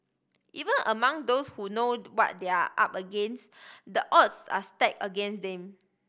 even among those who know what they are up against the odds are stack against them